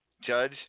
Judge